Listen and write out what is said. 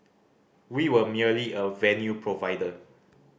we were merely a venue provider